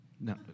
No